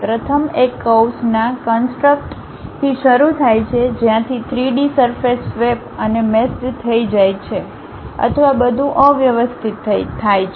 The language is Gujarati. પ્રથમ એક કર્વ્સના કન્સટ્રક્થી શરૂ થાય છે જ્યાંથી 3 ડી સરફેસ સ્વેપ અને મેષડ થઈ જાય છે અથવા બધું અવ્યવસ્થિત થાય છે